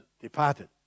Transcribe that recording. departed